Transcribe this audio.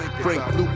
Frank